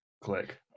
click